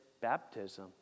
baptism